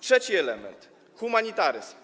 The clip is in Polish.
Trzeci element - humanitaryzm.